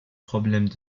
problèmes